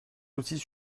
outils